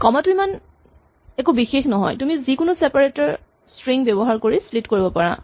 কমা টো ইমান একো বিশেষ নহয় তুমি যিকোনো চেপাৰেটৰ স্ট্ৰিং ব্যৱহাৰ কৰি স্প্লিট কৰিব পাৰা